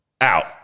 out